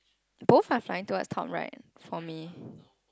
both are flying towards top right for me